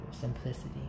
simplicity